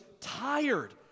tired